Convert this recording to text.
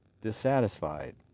dissatisfied